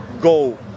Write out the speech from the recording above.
go